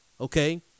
okay